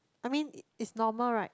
I mean it it's normal right